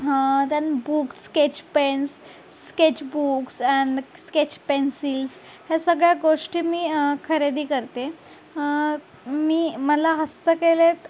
then books sketch pens sketch books and sketch pencils ह्या सगळ्या गोष्टी मी खरेदी करते मी मला हस्तकलेत